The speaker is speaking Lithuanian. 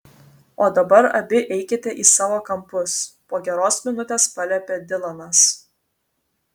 o dabar abi eikite į savo kampus po geros minutės paliepė dilanas